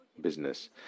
business